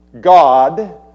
God